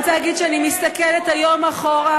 אני רוצה להגיד שאני מסתכלת היום אחורה,